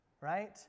right